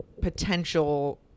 Potential